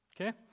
Okay